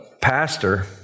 pastor